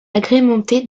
agrémenté